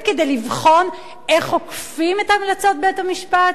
כדי לבחון איך עוקפים את המלצות בית-המשפט.